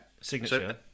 Signature